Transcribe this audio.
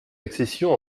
accession